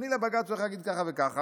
אני לבג"ץ צריך להגיד ככה וככה.